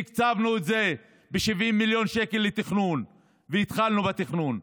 תקצבנו את זה ב-70 מיליון שקל לתכנון והתחלנו בתכנון.